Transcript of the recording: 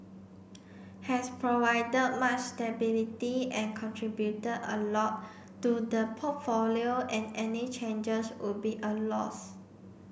has provided much stability and contributed a lot to the portfolio and any changes would be a loss